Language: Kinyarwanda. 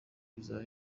bizaba